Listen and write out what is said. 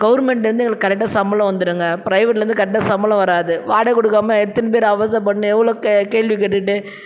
கவர்மெண்ட்லேந்து எங்களுக்கு கரெக்டாக சம்பளம் வந்துருங்க பிரைவேட்லந்து கரெக்டாக சம்பளம் வராது வாடகை கொடுக்காம எத்தனை பேர் அவஸ்த்தை படணும் எவ்வளோ கேள்வி கேட்டுவிட்டு